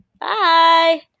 Bye